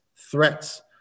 threats